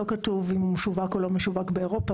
לא כתוב אם הוא משווק או לא משווק באירופה,